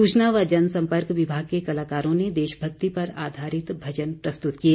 सूचना व जन संपर्क विभाग के कलाकारों ने देशभक्ति पर आधारित भजन प्रस्तुत किए